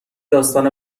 داستان